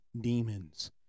demons